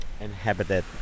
Inhabited